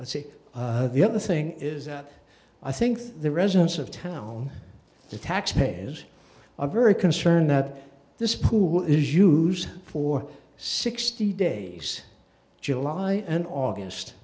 but see the other thing is that i think the residents of town the taxpayers are very concerned that this pool is used for sixty days july and august